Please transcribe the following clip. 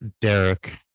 Derek